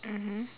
mmhmm